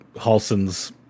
Halson's